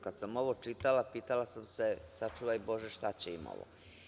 Kada sam ovo pročitala, pitala sam se – sačuvaj bože, šta će im ovo.